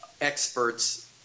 experts